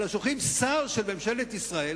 אלא שולחים שר של ממשלת ישראל,